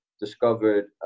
discovered